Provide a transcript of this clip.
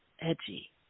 edgy